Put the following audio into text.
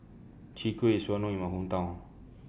Chwee Kueh IS Well known in My Hometown